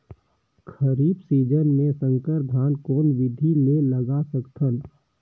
खरीफ season मे संकर धान कोन विधि ले लगा सकथन?